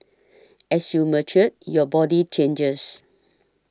as you mature your body changes